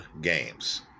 games